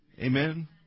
Amen